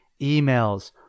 emails